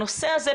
הנתונים שיש לי,